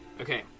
Okay